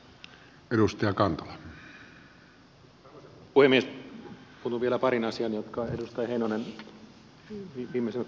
puutun vielä pariin asiaan jotka edustaja heinonen viimeisessä puheenvuorossaan otti esiin